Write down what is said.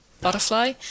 butterfly